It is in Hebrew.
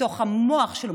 מתוך המוח שלו,